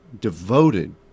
devoted